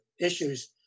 issues